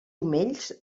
omells